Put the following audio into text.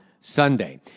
Sunday